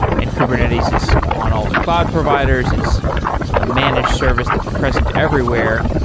and kubernetes is on all the cloud providers, it's a managed service that's present everywhere,